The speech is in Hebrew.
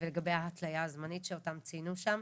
ולגבי ההתליה הזמנית שאותה ציינו שם.